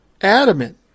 adamant